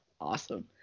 Awesome